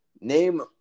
name